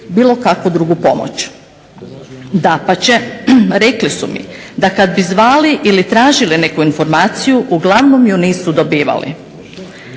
bilo kakvu drugu pomoć. Dapače, rekli su mi da kad bi zvali ili tražili neku informaciju uglavnom ju nisu dobivali.